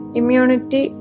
immunity